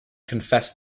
confess